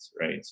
right